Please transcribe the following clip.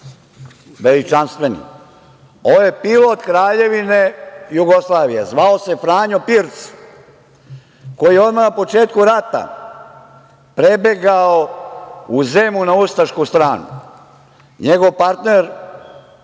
veličanstveni. Ovo je pilot Kraljevine Jugoslavije, zvao se Franjo Pirc, koji je odmah na početku rata prebegao u Zemun na ustašku stranu. Njegov partner